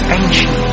ancient